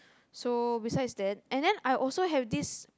so besides that and that I also have this